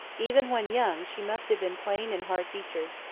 even when young she must have been plain and hard featured.